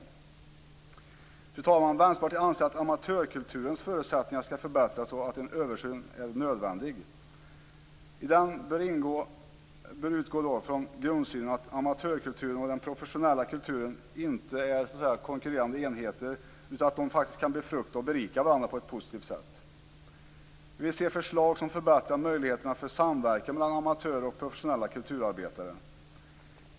Fru talman! Vänsterpartiet anser att amatörkulturen förutsättningar skall förbättras och att en översyn är nödvändig. Den bör utgå från grundsynen att amatörkulturen och den professionella kulturen inte är konkurrerande enheter, utan att de faktiskt kan befrukta och berika varandra på ett positivt sätt. Vi vill se förslag som förbättrar möjligheterna för samverkan mellan amatörer och professionella kulturarbetare.